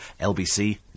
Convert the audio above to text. LBC